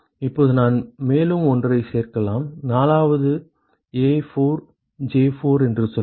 இப்போது நான் மேலும் ஒன்றைச் சேர்க்கலாம் 4வது A4J4 என்று சொல்லலாம்